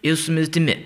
ir su mirtimi